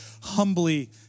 humbly